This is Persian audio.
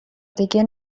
دیگه